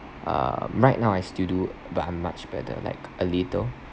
err right now I still do but I'm much better like a little